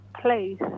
place